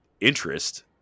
interest